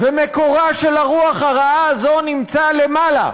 ומקורה של הרוח הרעה הזאת נמצא למעלה,